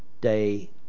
day